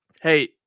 Hey